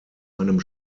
einem